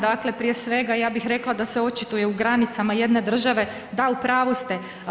Dakle prije svega, ja bih rekla da se očituje u granicama jedne države, da, u pravu ste.